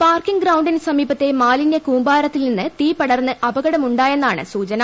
parking ഗ്രൌണ്ടിന് സമീപത്തെ മാലിനൃ കൂമ്പാരത്തിൽ നിന്ന് തീ പടർന്ന് അപകടമുണ്ടായെന്നാണ് സൂചന